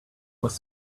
was